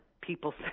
people